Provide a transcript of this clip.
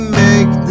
make